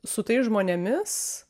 su tais žmonėmis